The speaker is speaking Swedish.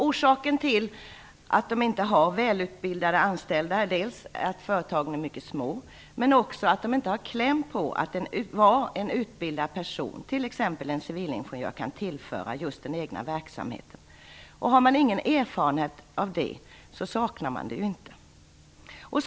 Orsaken till att dessa företag inte har välutbildade anställda är dels att de är mycket små, dels att de inte har kläm på vad en utbildad person, t.ex. en civilingenjör, kan tillföra just den egna verksamheten. Har man ingen erfarenhet av det, saknar man det ju heller inte.